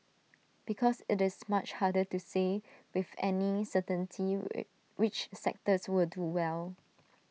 because IT is much harder to say with any certainty which sectors will do well